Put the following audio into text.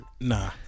nah